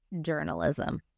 journalism